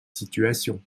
situations